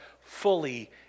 fully